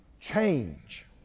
change